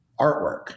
artwork